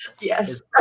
Yes